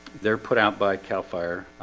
they're put out by cal fire